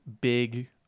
big